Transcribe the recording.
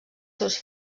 seus